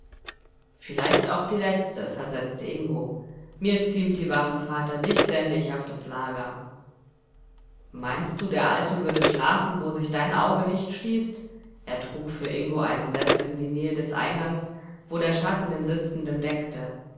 vielleicht auch die letzte versetzte ingo mir ziemt die wache vater dich sende ich auf das lager meinst du der alte würde schlafen wo sich dein auge nicht schließt er trug für ingo einen sessel in die nähe des eingangs wo der schatten den sitzenden deckte